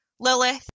Lilith